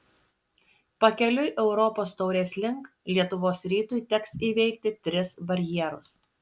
pakeliui europos taurės link lietuvos rytui teks įveikti tris barjerus